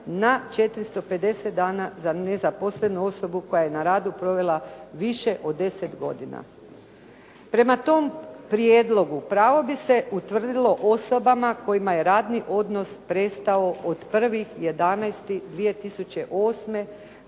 na 450 dana za nezaposlenu osobu koja je na radu provela više od 10 godina. Prema tom prijedlogu pravo bi se utvrdilo osobama kojima je radni odnos prestao od 1.11.2008.